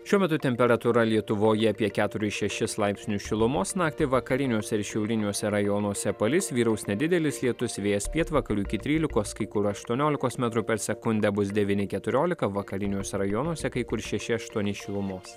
šiuo metu temperatūra lietuvoje apie keturis šešis laipsnių šilumos naktį vakariniuose ir šiauriniuose rajonuose palis vyraus nedidelis lietus vėjas pietvakarių iki trylikos kai kur aštuoniolikos metrų per sekundę bus devyni keturiolika vakariniuose rajonuose kai kur šeši aštuoni šilumos